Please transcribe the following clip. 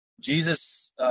Jesus